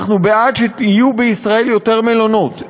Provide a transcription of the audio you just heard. אנחנו בעד שיהיו בישראל יותר מלונות,